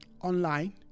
online